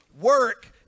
work